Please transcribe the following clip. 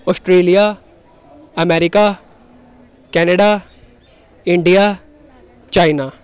Australia America Canada India China